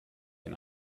ihn